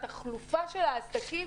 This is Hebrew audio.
התחלופה של העסקים,